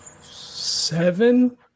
Seven